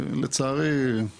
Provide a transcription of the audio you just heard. לצערי, כן.